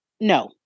No